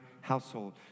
household